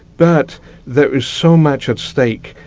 but there is so much at stake.